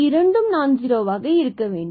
இரண்டும் நான் ஜுரோவாக இருக்க வேண்டும்